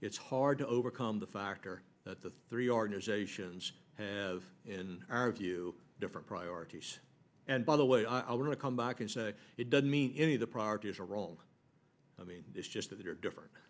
it's hard to overcome the factor that the three organizations have in our view different priorities and by the way i want to come back and say it doesn't mean any of the projects are wrong i mean it's just that there are different